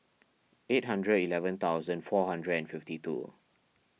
eight hundred eleven thousand four hundred and fifty two